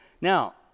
Now